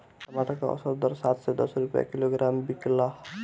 टमाटर के औसत दर सात से दस रुपया किलोग्राम बिकला?